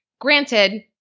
granted